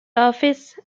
office